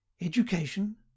education